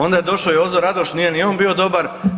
Onda je došao Jozo Radoš, nije ni on bio dobar.